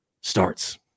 starts